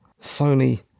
Sony